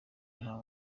nta